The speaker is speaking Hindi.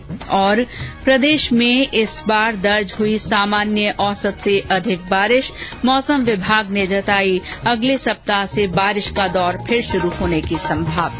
्र प्रदेश में इस बार दर्ज हुई सामान्य औसत से अधिक बारिश मौसम विभाग ने जताई अगले सप्ताह से बारिश का दौर फिर शुरू होने की संभावना